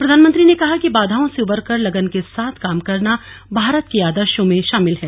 प्रधानमंत्री ने कहा कि बाधाओं से उबरकर लगन के साथ काम करना भारत के आदर्शों में शामिल है